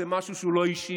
וזה משהו שהוא לא אישי,